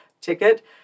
ticket